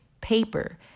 paper